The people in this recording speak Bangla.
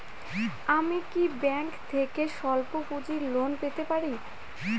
আমি কি ব্যাংক থেকে স্বল্প পুঁজির লোন পেতে পারি?